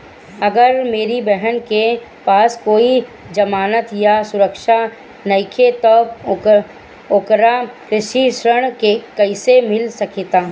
अगर मेरी बहन के पास कोई जमानत या सुरक्षा नईखे त ओकरा कृषि ऋण कईसे मिल सकता?